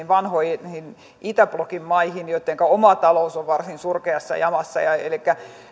vanhoihin itäblokin maihin joittenka oma talous on varsin surkeassa jamassa elikkä